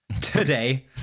today